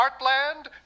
heartland